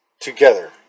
together